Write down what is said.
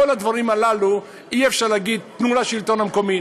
בכל הדברים הללו אי-אפשר להגיד: תנו לשלטון המקומי.